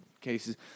cases